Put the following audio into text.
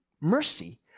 mercy